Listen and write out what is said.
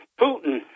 Putin